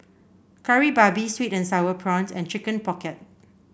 Kari Babi sweet and sour prawns and Chicken Pocket